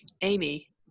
Amy